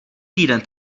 týden